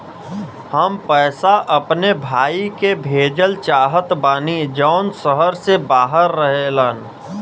हम पैसा अपने भाई के भेजल चाहत बानी जौन शहर से बाहर रहेलन